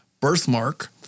birthmark